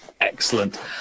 excellent